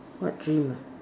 what dream ah